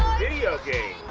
video games?